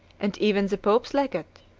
and even the pope's legate,